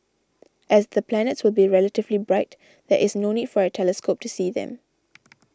as the planets will be relatively bright there is no need for a telescope to see them